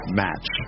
match